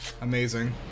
Amazing